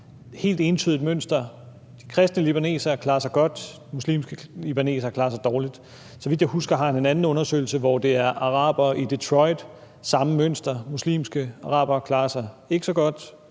helt entydigt mønster: Kristne libanesere klarer sig godt, og muslimske libanesere klarer sig dårligt. Så vidt jeg husker, har han en anden undersøgelse, hvor det er arabere i Detroit, og der er samme mønster: Muslimske arabere klarer sig ikke så godt,